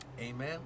Amen